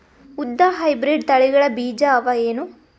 ಉದ್ದ ಹೈಬ್ರಿಡ್ ತಳಿಗಳ ಬೀಜ ಅವ ಏನು?